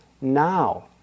now